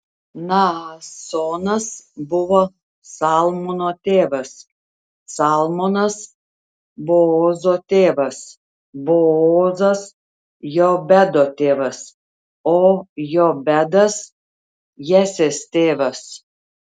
naasonas buvo salmono tėvas salmonas boozo tėvas boozas jobedo tėvas o jobedas jesės tėvas